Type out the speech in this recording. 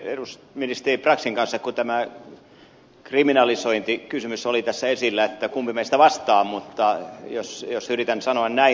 mietimme ministeri braxin kanssa kun tämä kriminalisointikysymys oli tässä esillä kumpi meistä vastaa mutta jos yritän sanoa näin